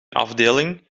afdeling